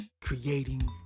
creating